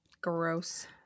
Gross